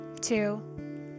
two